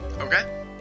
Okay